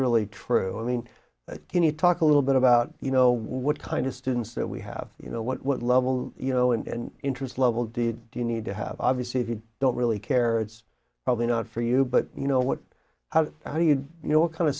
really true i mean can you talk a little bit about you know what kind of students that we have you know what level you know and interest level did do you need to have obviously if you don't really care it's probably not for you but you know what how do you know what kind of